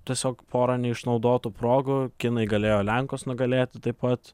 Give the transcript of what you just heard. tiesiog pora neišnaudotų progų kinai galėjo lenkus nugalėti taip pat